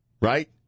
right